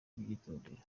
kubyitondera